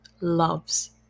Loves